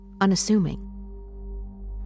unassuming